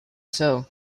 soo